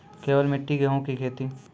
केवल मिट्टी गेहूँ की खेती?